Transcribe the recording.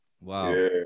Wow